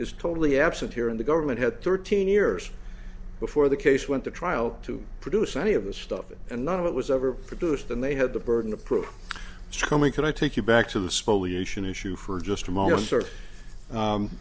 is totally absent here and the government had thirteen years before the case went to trial to produce any of this stuff and none of it was ever produced and they had the burden of proof coming can i take you back to the